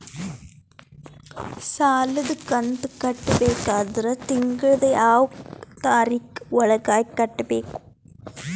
ಸಾಲದ ಕಂತು ಕಟ್ಟಬೇಕಾದರ ತಿಂಗಳದ ಯಾವ ತಾರೀಖ ಒಳಗಾಗಿ ಕಟ್ಟಬೇಕು?